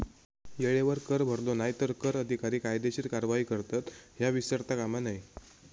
येळेवर कर भरलो नाय तर कर अधिकारी कायदेशीर कारवाई करतत, ह्या विसरता कामा नये